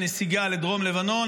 הנסיגה לדרום לבנון,